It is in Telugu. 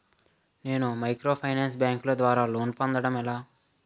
నేను మైక్రోఫైనాన్స్ బ్యాంకుల ద్వారా లోన్ పొందడం ఎలా?